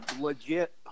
legit